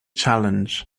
challenge